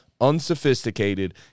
unsophisticated